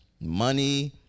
Money